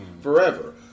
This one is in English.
forever